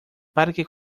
parque